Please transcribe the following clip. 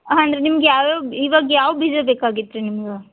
ಹಾಂ ಅಂದರೆ ನಿಮ್ಗೆ ಯಾವ ಯಾವ ಬಿ ಇವಾಗ ಯಾವ ಬೀಜ ಬೇಕಾಗಿತ್ತು ನಿಮ್ಗೆ